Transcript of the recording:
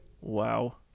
Wow